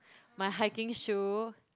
my hiking shoe